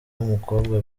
w’umukobwa